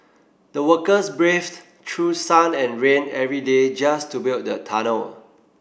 the workers braved through sun and rain every day just to build the tunnel